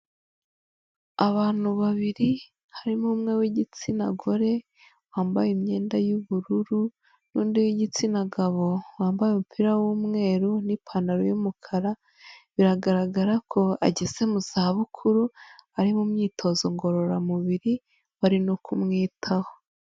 Abantu babiri harimo umwe w'igitsina gore wambaye imyenda y'ubururu n'undi w'igitsina gabo wambaye umupira w'umweru n'ipantaro y'umukara, biragaragara ko ageze mu za bukuru ari mu myitozo ngororamubiri barimo kumwitaho.